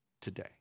today